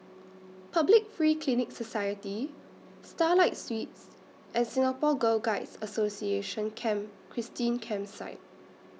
Public Free Clinic Society Starlight Suites and Singapore Girl Guides Association Camp Christine Campsite